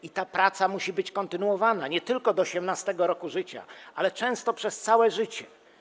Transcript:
I ta praca musi być kontynuowana nie tylko do 18. roku życia, ale też często przez całe życie.